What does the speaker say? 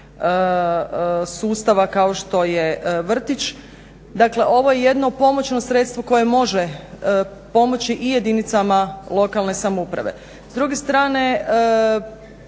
sustava kao što je vrtić. Dakle ovo je jedno pomoćno sredstvo koje može pomoći i jedinicama lokalne samouprave.